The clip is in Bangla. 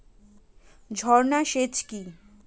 ঝর্না সেচ কি?